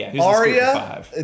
Aria